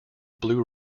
blu